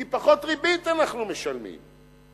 כי אנחנו משלמים פחות ריבית.